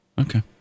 Okay